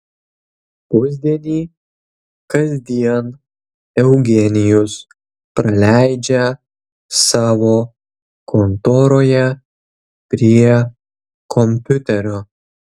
pusdienį kasdien eugenijus praleidžia savo kontoroje prie kompiuterio